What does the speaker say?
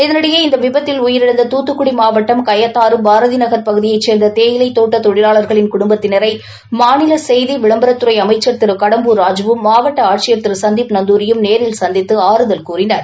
இதனினடயே இந்த விபத்தில் உயிரிழந்த துத்துக்குடி மாவட்டம் கயத்தாறு பாரதிநகர் பகுதியைச் சேர்ந்த தேயிலைத் தோட்ட தொழிலாளர்களின் குடும்பத்தினரை மாநில செய்தி விளம்பரத்துறை அமைச்சர் திரு கடம்பூர் ராஜுவும் மாவட்ட ஆட்சியர் திரு சந்தீப் நந்தூரியும் நேரில் சந்தித்து ஆறுதல் கூறினர்